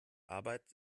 arbeit